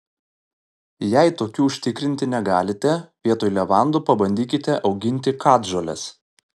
jei tokių užtikrinti negalite vietoj levandų pabandykite auginti katžoles